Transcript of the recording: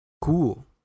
Cool